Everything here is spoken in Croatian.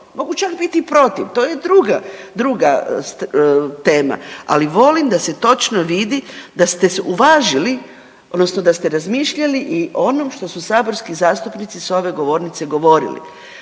mogu čak biti i protiv. To je druga tema, ali volim da se točno vidi da ste uvažili, odnosno da ste razmišljali i o onom što su saborski zastupnici sa ove govornice govorili.